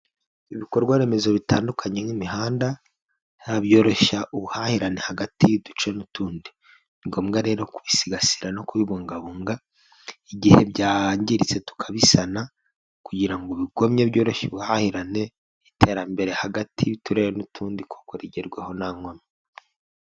Ibikorwa remezo bitandukanye nk'imihanda byoroshya ubuhahirane hagati y'uduce n'utundi, ni ngombwa rero kubisigasira no kubibungabunga igihe byagiritse tukabisana, kugira ngo bigumye byoshya ubuhahirane, iterambere hagati y'uturere n'utundi, kuko rigerwaho nta nkomyi.